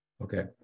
Okay